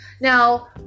Now